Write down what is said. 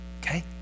okay